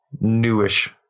newish